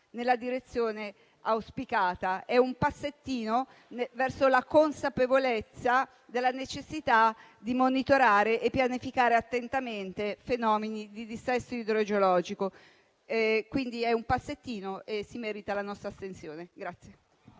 nella direzione auspicata. È un passettino verso la consapevolezza della necessità di monitorare e pianificare attentamente fenomeni di dissesto idrogeologico. È quindi un passettino che merita la nostra astensione.